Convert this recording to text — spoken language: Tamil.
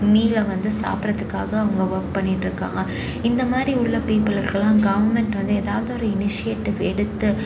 மீலை வந்து சாப்பிட்றதுக்காக அவங்க ஒர்க் பண்ணிகிட்ருக்காங்க இந்த மாதிரி உள்ள பீப்புள்க்குலாம் கவர்மெண்ட் வந்து ஏதாவது ஒரு இனிஷியேட்டிவ் எடுத்து